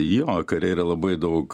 jo kare yra labai daug